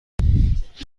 ملک